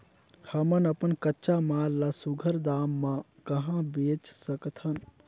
हमन अपन कच्चा माल ल सुघ्घर दाम म कहा बेच सकथन?